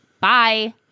bye